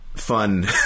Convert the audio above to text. Fun